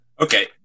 okay